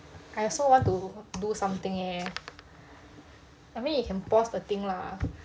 I also want to do something eh I mean you can pause the thing lah